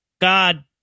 God